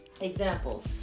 Example